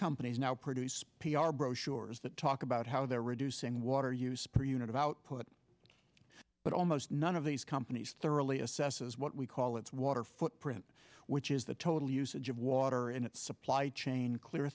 companies now produce p r brochures that talk about how they're reducing water use per unit of output but almost none of these companies thoroughly assesses what we call its water footprint which is the total usage of water and its supply chain clear